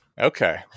Okay